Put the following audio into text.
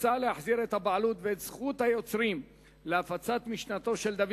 מוצע להחזיר את הבעלות ואת זכות היוצרים להפצת משנתו של דוד